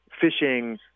fishing